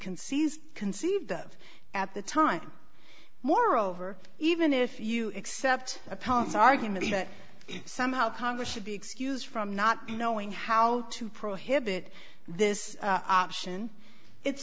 seize conceived of at the time moreover even if you accept a pants argument that somehow congress should be excused from not knowing how to prohibit this option it